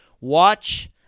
Watch